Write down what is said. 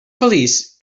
feliç